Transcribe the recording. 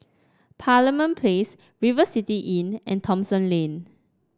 Parliament Place River City Inn and Thomson Lane